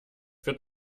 wird